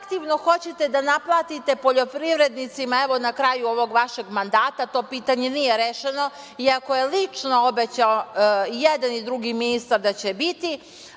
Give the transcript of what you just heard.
retroaktivno hoćete da naplatite poljoprivrednicima, evo na kraju ovog vašeg mandata, to pitanje nije rešeno iako je lično obećao jedan i drugi ministar da će biti